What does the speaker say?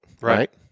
right